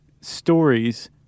stories